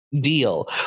deal